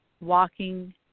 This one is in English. walking